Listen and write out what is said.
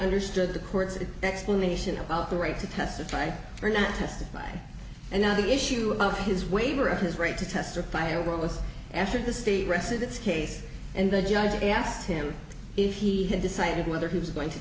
understood the court's explanation about the right to testify or not testify and now the issue about his waiver of his right to testify along with after the state rested its case and the judge asked him if he had decided whether he was going to